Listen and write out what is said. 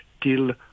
till